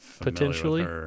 potentially